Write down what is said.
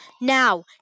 Now